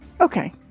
Okay